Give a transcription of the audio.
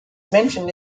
mentioned